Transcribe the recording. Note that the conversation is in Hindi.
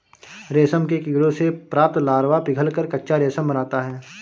रेशम के कीड़ों से प्राप्त लार्वा पिघलकर कच्चा रेशम बनाता है